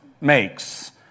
makes